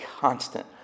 constant